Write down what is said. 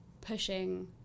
pushing